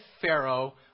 Pharaoh